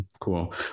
cool